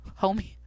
Homie